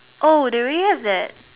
oh do we have that